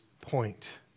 point